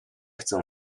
chcę